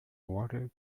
water